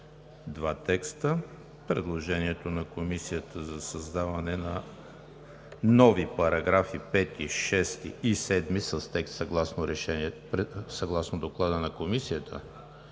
два текста: предложението на Комисията за създаване на нови параграфи 5, 6 и 7 с текст съгласно Доклада на Комисията